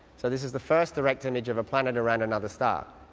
so this is the first direct image of a planet around another star,